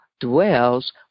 dwells